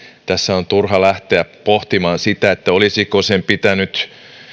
tässä on turha lähteä pohtimaan sitä olisiko sen pitänyt